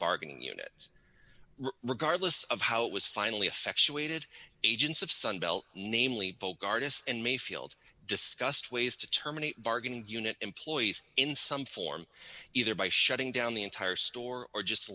bargaining unit regardless of how it was finally effectuated agents of sunbelt namely folk artists and mayfield discussed ways to terminate bargaining unit employees in some form either by shutting down the entire store or just